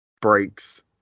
breaks